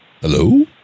Hello